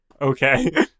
Okay